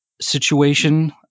situation